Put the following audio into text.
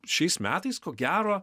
šiais metais ko gero